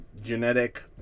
genetic